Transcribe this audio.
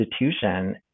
institution